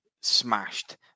smashed